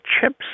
chips